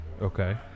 Okay